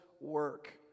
work